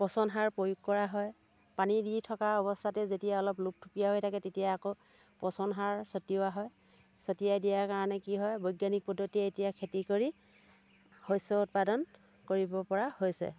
পচন সাৰৰ প্ৰয়োগ কৰা হয় পানী দি থকা অৱস্থাতে যেতিয়া অলপ লুপথুপীয়া হৈ থাকে তেতিয়া আকৌ পচন সাৰ চটিওৱা হয় চটিয়াই দিয়াৰ কাৰণে কি হয় বৈজ্ঞানিক পদ্ধতিৰে এতিয়া খেতি কৰি শস্য় উৎপাদন কৰিব পৰা হৈছে